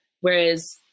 Whereas